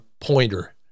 pointer